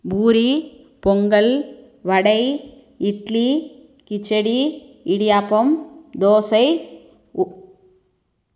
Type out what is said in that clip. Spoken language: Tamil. பூரி பொங்கல் வடை இட்லி கிச்சடி இடியாப்பம் தோசை உ